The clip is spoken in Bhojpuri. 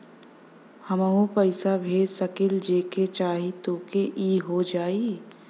हमहू पैसा भेज सकीला जेके चाही तोके ई हो जाई?